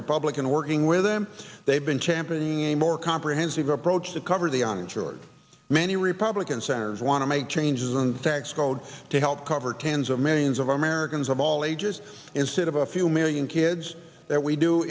republican working with them they've been championing a more comprehensive approach to cover the uninsured many republican senators want to make changes in the tax code to help cover cans of millions of americans of all ages instead of a few million kids that we do